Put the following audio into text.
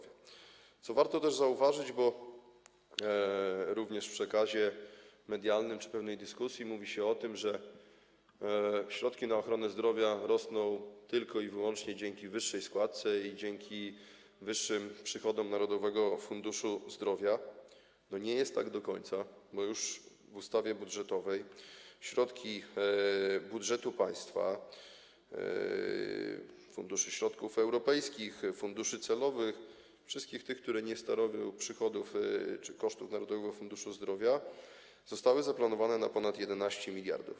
Warto też zauważyć, bo również w przekazie medialnym czy w różnych dyskusjach mówi się o tym, że środki na ochronę zdrowia rosną tylko i wyłącznie dzięki wyższej składce i dzięki wyższym przychodom Narodowego Funduszu Zdrowia, iż nie jest tak do końca, bo już w ustawie budżetowej środki budżetu państwa, środki funduszy europejskich, funduszy celowych, wszystkich tych, które nie stanowią przychodów czy kosztów Narodowego Funduszu Zdrowia, zostały zaplanowane na ponad 11 mld.